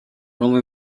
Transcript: only